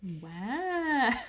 Wow